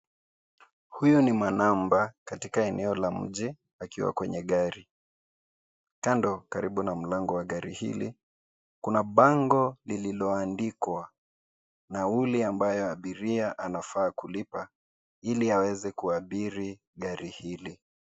Huyu ni manamba katika maeneo ya nje akiwa kwenye gari. Kando, karibu na mlango wa gari hili, kuna bango lililoandikwa nauli ambayo abiria anafaa kulipa ili aweze kuabiri gari hili.